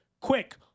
quick